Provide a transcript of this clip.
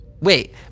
Wait